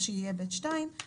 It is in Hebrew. מה שיהיה ב'2,